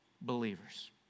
believers